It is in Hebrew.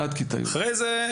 ואחרי זה?